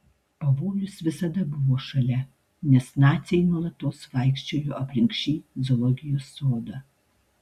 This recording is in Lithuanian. pavojus visada buvo šalia nes naciai nuolatos vaikščiojo aplink šį zoologijos sodą